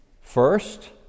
First